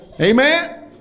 amen